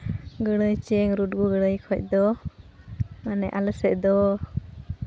ᱜᱟᱹᱲᱟᱹᱭ ᱪᱮᱝ ᱨᱩᱰᱜᱩ ᱜᱟᱹᱲᱟᱹᱭ ᱠᱷᱚᱡ ᱫᱚ ᱢᱟᱱᱮ ᱟᱞᱮᱥᱮᱫ ᱫᱚ